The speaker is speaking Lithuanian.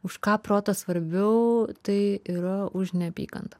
už ką protas svarbiau tai yra už neapykantą